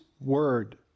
word